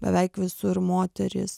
beveik visur moterys